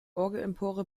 orgelempore